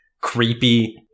creepy